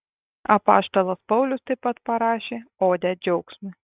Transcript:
apaštalas paulius taip pat parašė odę džiaugsmui